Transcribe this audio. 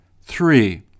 Three